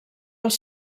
els